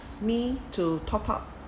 me to top up